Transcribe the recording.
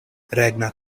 regna